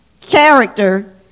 character